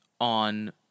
on